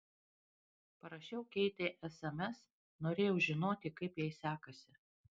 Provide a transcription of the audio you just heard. parašiau keitei sms norėjau žinoti kaip jai sekasi